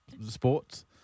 sports